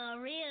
Real